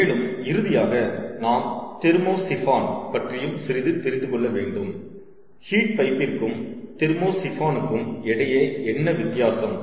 மேலும் இறுதியாக நாம் தெர்மோசிஃபான் பற்றியும் சிறிது தெரிந்து கொள்ள வேண்டும் ஹீட் பைப்பிற்கும் தெர்மோசிஃபான் க்கும் இடையே என்ன வித்தியாசம்